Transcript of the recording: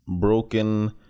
broken